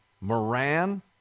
Moran